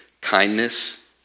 kindness